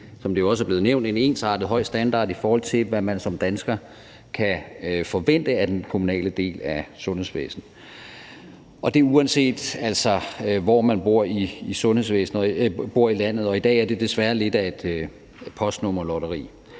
som det også er blevet nævnt, ensartet høj standard, i forhold til hvad man som dansker kan forvente af den kommunale del af sundhedsvæsenet. Og det er, uanset hvor man bor i landet. I dag er det desværre lidt af et postnummerlotteri,